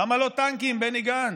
למה לא טנקים, בני גנץ,